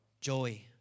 joy